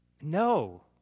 No